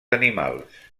animals